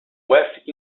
west